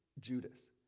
judas